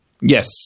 Yes